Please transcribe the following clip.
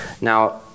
Now